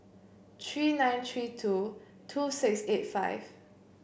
three nine three two two six eight five